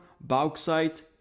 bauxite